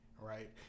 right